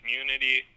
community